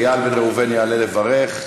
איל בן ראובן יעלה לברך.